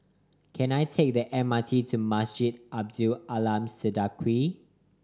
can I take the M R T to Masjid Abdul Aleem Siddique